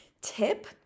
tip